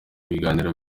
biganiro